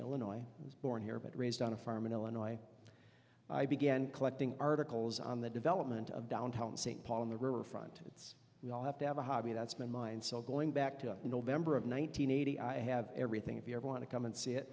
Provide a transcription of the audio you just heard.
illinois was born here but raised on a farm in illinois i began collecting articles on the development of downtown st paul in the river front it's we all have to have a hobby that's been mine so going back to november of one nine hundred eighty i have everything if you ever want to come and see it